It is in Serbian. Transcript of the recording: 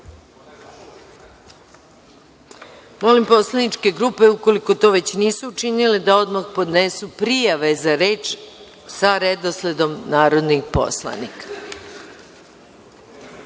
redu. Molim poslaničke grupe, ukoliko to već nisu učinile, da odmah podnesu prijave za reč sa redosledom narodnih poslanika. Saglasno